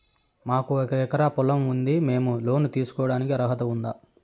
మాకు ఒక ఎకరా పొలం ఉంది మేము లోను తీసుకోడానికి అర్హత ఉందా